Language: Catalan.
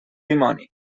dimoni